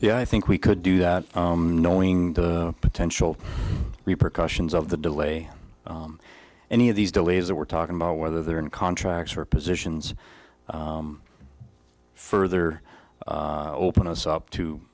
yeah i think we could do that knowing the potential repercussions of the delay any of these delays that we're talking about whether they're in contracts or positions further open us up to